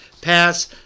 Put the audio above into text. pass